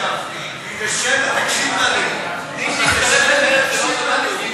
גפני, אל תלך, גפני, תשב ותקשיב לנו.